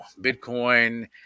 Bitcoin